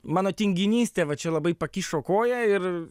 mano tinginystė va čia labai pakišo koją ir